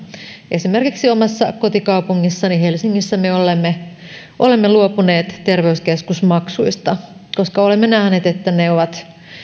esimerkiksi omassa kotikaupungissani helsingissä me olemme luopuneet terveyskeskusmaksuista koska olemme nähneet että ne